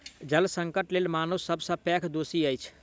जल संकटक लेल मानव सब सॅ पैघ दोषी अछि